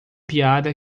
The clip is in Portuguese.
piada